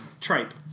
Tripe